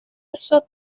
scherzo